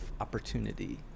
opportunity